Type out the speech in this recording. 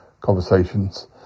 conversations